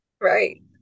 Right